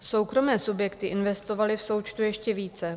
Soukromé subjekty investovaly v součtu ještě více.